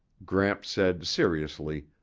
gramps said seriously,